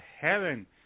heaven